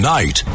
Night